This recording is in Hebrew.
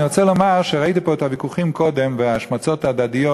אני רוצה לומר שראיתי פה קודם את הוויכוחים ואת ההשמצות ההדדיות.